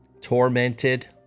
Tormented